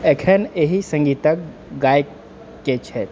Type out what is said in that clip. एखन एहि सङ्गीतक गायक केेँ छथि